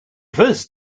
first